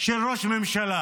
של ראש ממשלה?